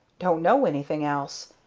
don't know anything else,